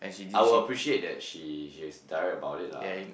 I would appreciate that she she is direct about it lah